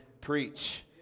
preach